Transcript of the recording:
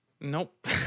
nope